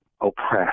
oppressed